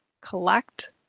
collect